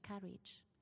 courage